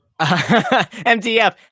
mdf